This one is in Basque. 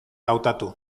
hautatu